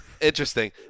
Interesting